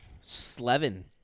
Slevin